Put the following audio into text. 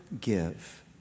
give